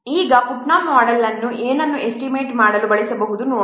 ಈಗ Putnam model ಅನ್ನು ಏನನ್ನು ಎಸ್ಟಿಮೇಟ್ ಮಾಡಲು ಬಳಸಬಹುದೆಂದು ನೋಡೋಣ